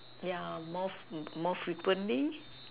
yeah more more frequently